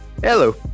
Hello